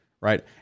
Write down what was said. right